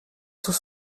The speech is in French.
sous